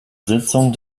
sitzung